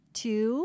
two